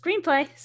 Screenplay